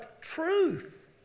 truth